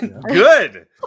good